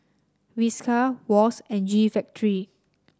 Whiskas Wall's and G Factory